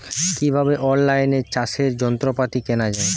কিভাবে অন লাইনে চাষের যন্ত্রপাতি কেনা য়ায়?